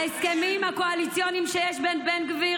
ההסכמים הקואליציוניים שיש בין בן גביר